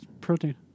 protein